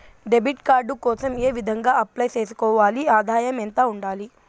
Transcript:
Debit card కోసం ఏ విధంగా అప్లై సేసుకోవాలి? ఆదాయం ఎంత ఉండాలి?